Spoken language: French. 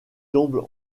tombe